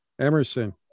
Emerson